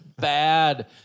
bad